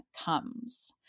comes